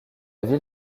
ville